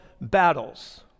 battles